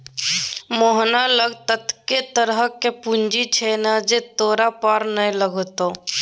मोहना लग ततेक तरहक पूंजी छै ने जे तोरा पार नै लागतौ